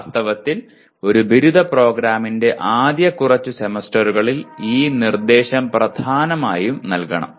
വാസ്തവത്തിൽ ഒരു ബിരുദ പ്രോഗ്രാമിന്റെ ആദ്യ കുറച്ച് സെമസ്റ്ററുകളിൽ ഈ നിർദ്ദേശം പ്രധാനമായും നൽകണം